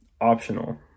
optional